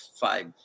five